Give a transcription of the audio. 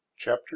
Chapter